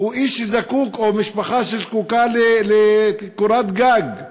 הוא איש שזקוק או משפחה שזקוקה לקורת גג.